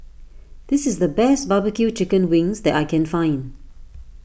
this is the best Barbecue Chicken Wings that I can find